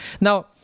Now